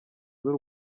z’u